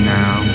now